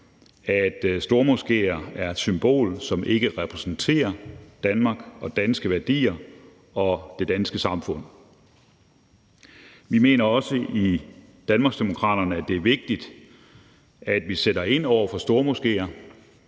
at stormoskéer er et symbol, som ikke repræsenterer Danmark og danske værdier og det danske samfund. Vi mener også i Danmarksdemokraterne, at det er vigtigt, at vi sætter ind over for stormoskéer